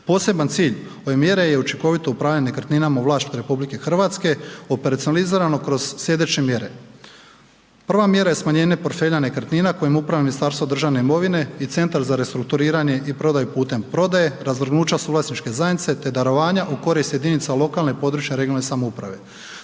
Poseban cilj ove mjere je učinkovito upravljanje nekretninama u vlasništvu RH, operacionalizirano kroz sljedeće mjere. Prva mjera je smanjenja portfelja nekretnina kojim upravlja Ministarstvo državne imovine i Centar za restrukturiranje i prodaju putem prodaje, razvrgnuća suvlasničke zajednice te darovanja u korist jedinica lokalne i područne (regionalne) samouprave.